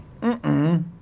Mm-mm